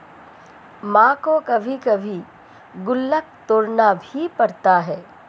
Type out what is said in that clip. मां को कभी कभी गुल्लक तोड़ना भी पड़ता है